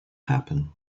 happen